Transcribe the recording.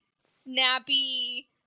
snappy